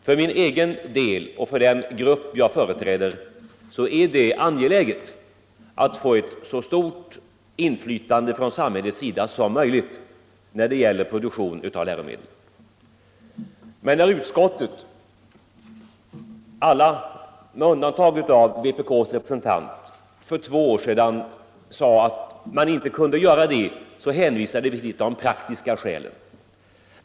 För min egen del och för den grupp som jag företräder är det angeläget att få ett så stort inflytande från samhällets sida som möjligt när det gäller produktion av läromedel. Men när alla inom utskottet med undantag av vpk:s representant för två år sedan sade att samhället inte kunde överta läromedelsproduktionen, hänvisade vi till de praktiska skälen.